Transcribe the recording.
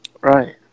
Right